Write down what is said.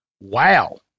Wow